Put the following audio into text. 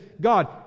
God